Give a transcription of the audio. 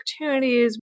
opportunities